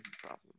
problem